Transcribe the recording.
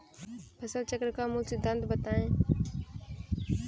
फसल चक्र का मूल सिद्धांत बताएँ?